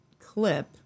clip